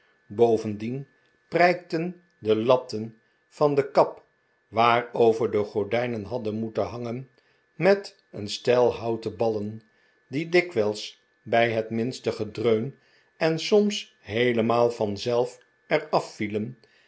bovendien prijkten de latten van de kap waarover de gordijnen hadden moeten hangen met een stel houten ballen die dikwijls bij het minste gedreun en soms heelemaal vanzelf